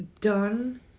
done